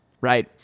right